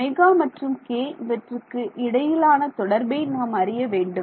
ω மற்றும் k இவற்றுக்கு இடையிலான தொடர்பை நாம் அறிய வேண்டும்